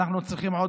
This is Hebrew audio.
אני מבקש הודעת